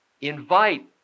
invite